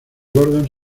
gordon